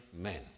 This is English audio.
men